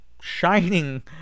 shining